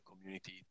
community